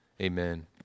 Amen